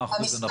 מה האחוז הנכון?